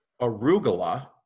arugula